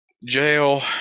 jail